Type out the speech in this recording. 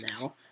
now